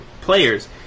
players